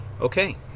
Okay